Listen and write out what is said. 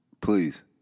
please